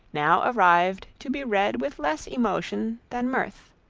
now arrived to be read with less emotion than mirth.